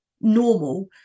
normal